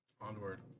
Onward